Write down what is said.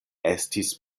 estis